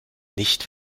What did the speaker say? nicht